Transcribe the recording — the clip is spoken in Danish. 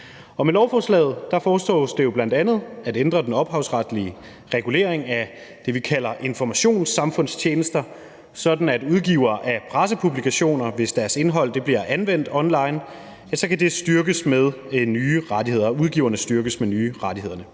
Med lovforslaget foreslås det bl.a. at ændre den ophavsretlige regulering af det, vi kalder informationssamfundstjenester, sådan at udgivere af pressepublikationer, hvis deres indhold bliver anvendt online, styrkes med nye rettigheder.